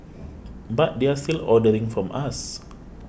but they're still ordering from us